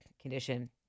condition